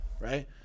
Right